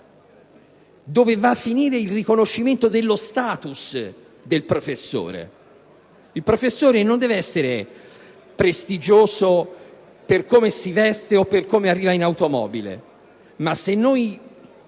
Dove va a finire il riconoscimento dello *status* del professore? Il professore non deve essere prestigioso per come si veste o per il tipo di automobile con cui